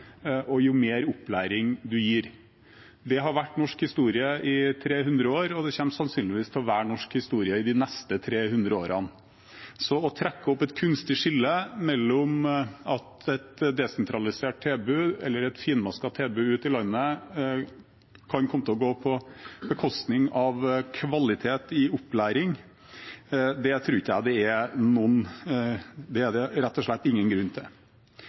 og jo mer opplæring man gir. Det har vært norsk historie i 300 år, og det kommer sannsynligvis til å være norsk historie i de neste 300 årene. Så å trekke opp et kunstig skille om at et desentralisert tilbud eller et finmasket tilbud ute i landet kan komme til å gå på bekostning av kvaliteten i opplæringen, tror jeg rett og slett det ikke er noen grunn til. Videre var det